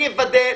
אני אוודה,